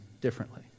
differently